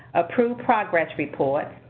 approve progress reports.